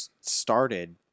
started